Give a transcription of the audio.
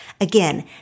Again